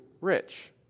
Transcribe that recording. rich